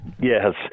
Yes